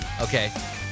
Okay